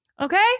Okay